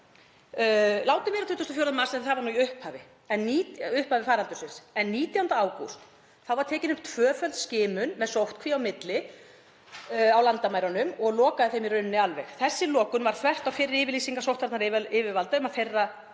Látum vera með 24. mars, það var í upphafi faraldursins, en 19. ágúst var tekin upp tvöföld skimun með sóttkví á milli á landamærunum sem lokaði þeim í raun alveg. Þessi lokun var þvert á fyrri yfirlýsingar sóttvarnayfirvalda um að þegar